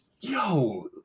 yo